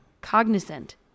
Cognizant